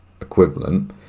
equivalent